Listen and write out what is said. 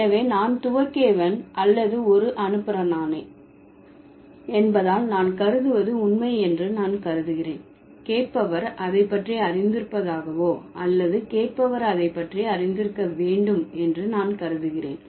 எனவே நான் துவக்கியவன் அல்லது ஒரு அனுப்புநரானேன் என்பதால் நான் கருதுவது உண்மை என்று நான் கருதுகிறேன் கேட்பவர் அதை பற்றி அறிந்திருப்பதாகவோ அல்லது கேட்பவர் அதை பற்றி அறிந்திருக்க வேண்டும் என்று நான் கருதுகிறேன்